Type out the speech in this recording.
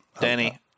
Danny